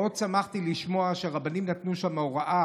מאוד שמחתי לשמוע שהרבנים שם נתנו הוראה